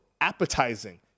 appetizing